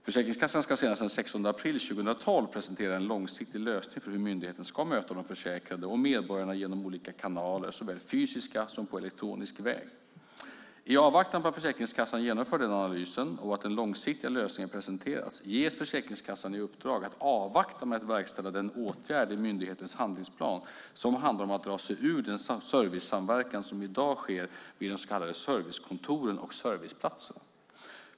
Försäkringskassan ska senast den 16 april 2012 presentera en långsiktig lösning för hur myndigheten ska möta de försäkrade och medborgarna genom olika kanaler, såväl fysiska som på elektronisk väg. I avvaktan på att Försäkringskassan genomför den analysen och att den långsiktiga lösningen presenterats ges Försäkringskassan i uppdrag att avvakta med att verkställa den åtgärd i myndighetens handlingsplan som handlar om att dra sig ur den servicesamverkan som i dag sker vid de så kallade servicekontoren och serviceplatserna.